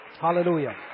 Hallelujah